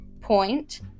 point